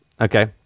Okay